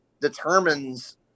determines –